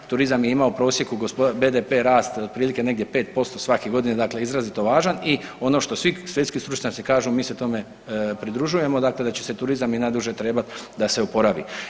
Turizam je imao u prosjeku BDP rast otprilike negdje 5% svake godine, dakle izrazito važan i ono što svi svjetski stručnjaci kažu, mi se tome pridružujemo, dakle da će turizam i najduže trebat da se oporavi.